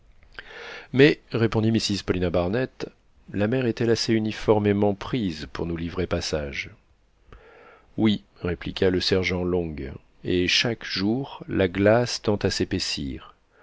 mais répondit mrs paulina barnett la mer est-elle assez uniformément prise pour nous livrer passage oui répliqua le sergent long et chaque jour la glace tend à s'épaissir